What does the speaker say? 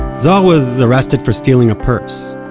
zohar was arrested for stealing a purse.